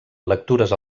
lectures